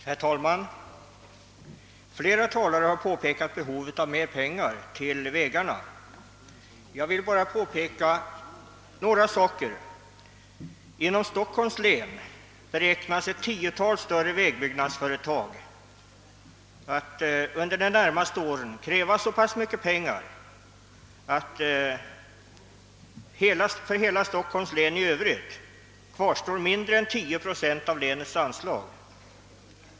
Herr talman! Flera talare har betonat behovet av större anslag till vägarna. Jag vill därför bara göra en del påpekanden. Inom Stockholms län beräknas ett tiotal större vägbyggnadsföretag under de närmaste åren kräva så mycket pengar att för hela Stockholms län i övrigt återstår mindre än 10 procent av länets anslag.